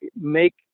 make